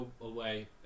away